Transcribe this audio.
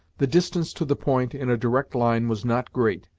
the distance to the point, in a direct line, was not great,